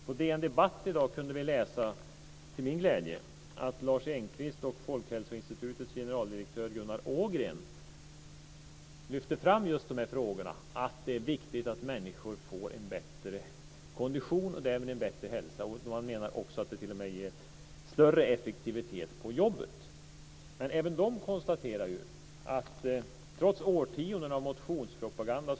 På DN Debatt i dag kunde vi, till min glädje, läsa att Lars Engqvist och Folkhälsoinstitutets generaldirektör, Gunnar Ågren, lyfte fram just de här frågorna, att det är viktigt att människor får en bättre kondition och därmed en bättre hälsa. De menar också att det t.o.m. ger större effektivitet på jobbet. Men även de konstaterar att utvecklingen går baklänges trots årtionden av motionspropaganda.